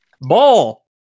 Ball